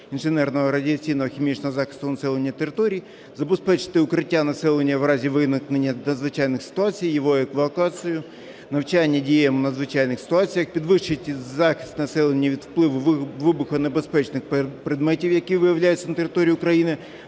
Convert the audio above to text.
інженерного, радіаційного, хімічного захисту населення і територій, забезпечити укриття населення в разі виникнення надзвичайних ситуацій, його евакуацію, навчання діям в надзвичайних ситуаціях, підвищить захист населення від впливу вибухонебезпечних предметів, які виявляються на території України